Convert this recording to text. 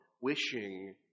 wishing